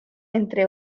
entre